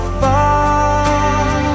far